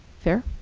fair?